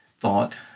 thought